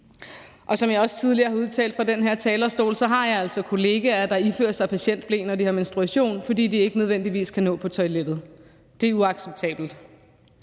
Og som jeg også tidligere har udtalt fra den her talerstol, har jeg altså kollegaer, der ifører sig patientble, når de har menstruation, fordi de ikke nødvendigvis kan nå på toilettet. Det er uacceptabelt.